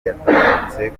yaratabarutse